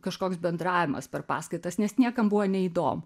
kažkoks bendravimas per paskaitas nes niekam buvo neįdomu